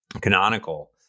Canonical